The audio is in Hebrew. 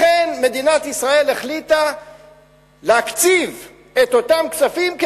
לכן מדינת ישראל החליטה להקציב את אותם כספים,